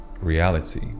reality